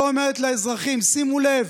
לא אומרת לאזרחים: שימו לב,